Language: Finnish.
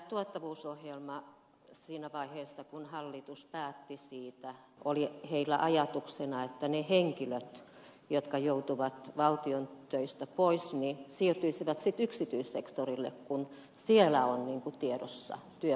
tuottavuusohjelman osalta siinä vaiheessa kun hallitus päätti siitä oli ajatuksena että ne henkilöt jotka joutuvat valtion töistä pois siirtyisivät yksityissektorille kun siellä on tiedossa työvoimapula